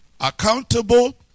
accountable